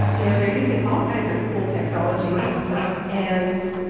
you know they're using all kinds of cool technologies. right. um and